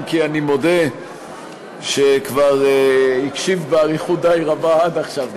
אם כי אני מודה שהוא כבר הקשיב זמן די רב עד עכשיו,